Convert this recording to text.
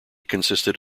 consisted